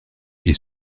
est